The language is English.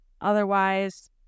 otherwise